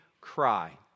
Cry